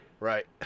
Right